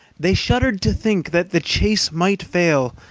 they shuddered to think that the chase might fail,